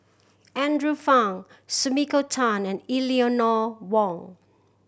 Andrew Phang Sumiko Tan and Eleanor Wong